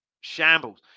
shambles